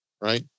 Right